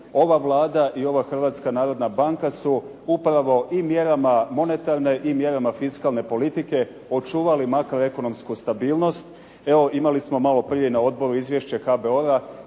ova Vlada i ova Hrvatska narodna banka upravo i mjerama monetarne i mjerama fiskalne politike očuvale makroekonomsku stabilnost. Evo imali smo malo prije na odboru izvješće HBO